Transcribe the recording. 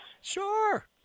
Sure